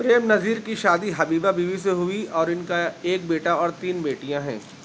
پریم نذیر کی شادی حبیبہ بیوی سے ہوئی اور ان کا ایک بیٹا اور تین بیٹیاں ہیں